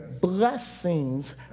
blessings